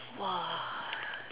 !wah!